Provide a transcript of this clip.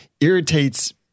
irritates